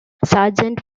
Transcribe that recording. sargent